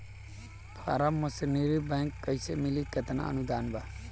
Form machinery बैक कैसे मिली कितना अनुदान बा?